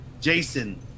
Jason